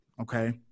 okay